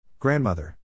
Grandmother